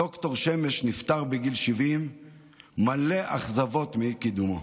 הד"ר שמש נפטר בגיל 70 מלא אכזבות מאי-קידומו.